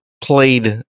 played